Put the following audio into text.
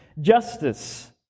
justice